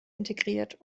integriert